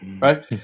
right